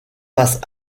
passe